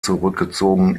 zurückgezogen